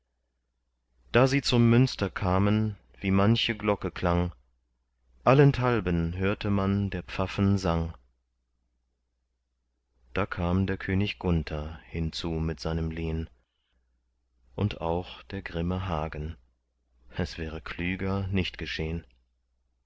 da sie zum münster kamen wie manche glocke klang allenthalben hörte man der pfaffen sang da kam der könig gunther hinzu mit seinem lehn und auch der grimme hagen es wäre klüger nicht geschehn